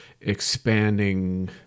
expanding